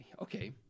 Okay